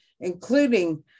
including